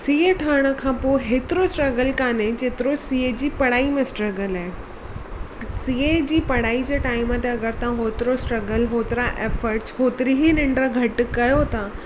CA ठहण खां पोइ एतिरो स्ट्रगल कोन्हे जेतिरो सीए जी पढ़ाई में स्ट्रगल आहे सीए जी पढ़ाई जे टाइम ते अगरि तव्हां ओतिरो स्ट्रगल ओतिरा एफट्स ओतिरी ई निंड घटि कयो था